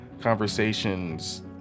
conversations